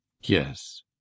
yes